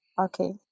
okay